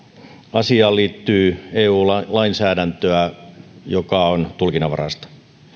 asiaan liittyy eu lainsäädäntöä joka on tulkinnanvaraista